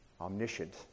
omniscient